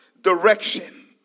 direction